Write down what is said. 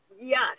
Yes